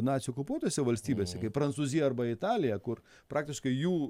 nacių okupuotose valstybėse kaip prancūzija arba italija kur praktiškai jų